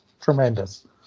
tremendous